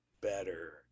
better